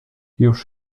już